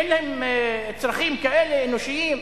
אין להם צרכים כאלה אנושיים?